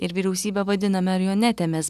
ir vyriausybę vadina marionetėmis